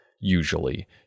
usually